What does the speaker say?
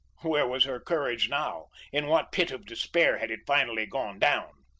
where was her courage now? in what pit of despair had it finally gone down?